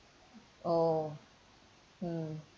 oh mm